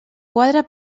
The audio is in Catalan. quadre